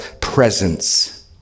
presence